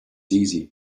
easy